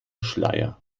schleier